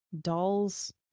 dolls